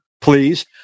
please